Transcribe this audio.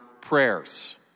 prayers